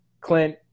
Clint